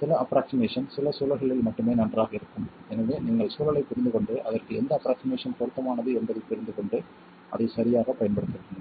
சில ஆஃப்ரொக்ஸிமேசன் சில சூழல்களில் மட்டுமே நன்றாக இருக்கும் எனவே நீங்கள் சூழலைப் புரிந்துகொண்டு அதற்கு எந்த ஆஃப்ரொக்ஸிமேசன் பொருத்தமானது என்பதைப் புரிந்துகொண்டு அதைச் சரியாகப் பயன்படுத்த வேண்டும்